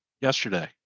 yesterday